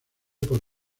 por